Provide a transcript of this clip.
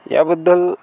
याबद्दल